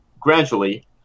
gradually